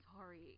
sorry